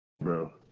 bro